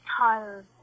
tired